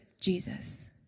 Jesus